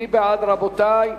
מי בעד, רבותי?